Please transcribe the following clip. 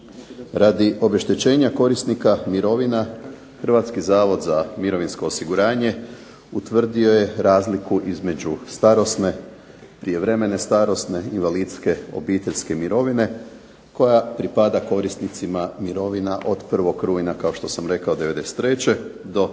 Radi obeštećenja korisnika mirovina Hrvatski zavod za mirovinsko osiguranje utvrdio je razliku između starosne, prijevremene starosne, invalidske, obiteljske mirovine koja pripada korisnicima mirovina od 1. rujna, kao što sam rekao, '93. do